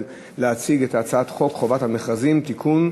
להציג את הצעת חוק חובת המכרזים (תיקון,